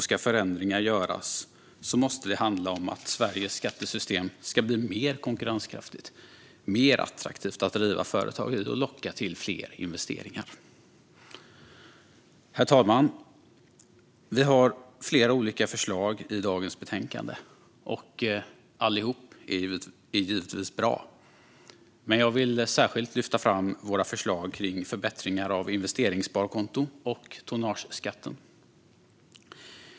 Ska förändringar göras måste det handla om att Sverige med sitt skattesystem ska bli mer konkurrenskraftigt, mer attraktivt att driva företag i och locka till fler investeringar. Herr talman! Vi har flera olika förslag i dagens betänkande. Alla är givetvis bra, men jag vill särskilt lyfta fram våra förslag kring förbättringar av investeringssparkontot och tonnageskatten.